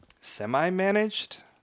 semi-managed